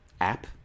app